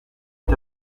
est